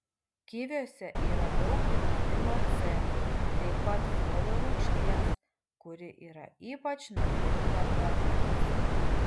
kiviuose yra daug vitamino c taip pat folio rūgšties kuri yra ypač naudinga moterims